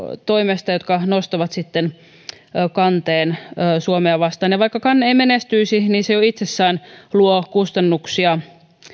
toimesta jotka nostavat kanteen suomea vastaan ja vaikka kanne ei menestyisi niin se jo itsessään luo kustannuksia